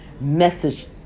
message